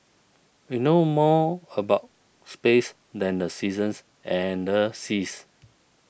we know more about space than the seasons and the seas